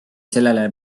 sellele